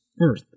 earth